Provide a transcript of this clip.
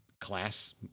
class